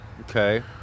Okay